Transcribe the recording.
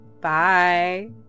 Bye